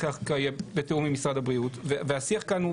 החקיקה יהיה בתיאום עם משרד הבריאות והשיח כאן הוא